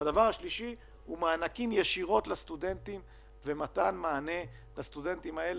הדבר השלישי זה מענקים ישירות לסטודנטים ומתן דמי אבטלה